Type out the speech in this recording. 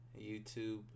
YouTube